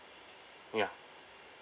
ya